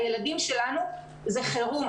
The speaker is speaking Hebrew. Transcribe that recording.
הילדים שלנו זה חרום,